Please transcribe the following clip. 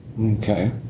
Okay